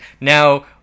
Now